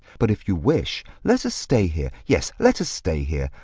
but, if you wish, let us stay here. yes, let us stay here.